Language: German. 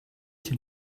den